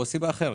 או סיבה אחרת.